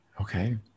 Okay